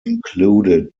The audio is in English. included